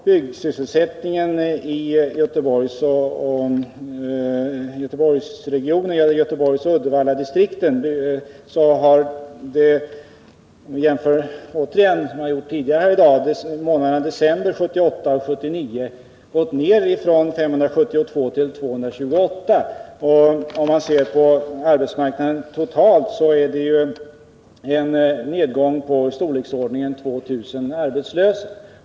Byggsysselsättningen i Göteborgsoch Uddevalladistrikten har medfört att antalet arbetslösa från december 1978 till december 1979 har minskat från 572 till 228. I fråga om arbetsmarknaden totalt är det en nedgång av storleken 2 000 arbetslösa.